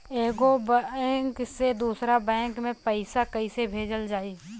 एगो बैक से दूसरा बैक मे पैसा कइसे भेजल जाई?